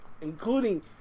including